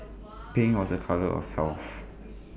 pink was A colour of health